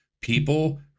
People